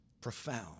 profound